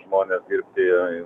žmonės dirbt į